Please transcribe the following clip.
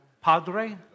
padre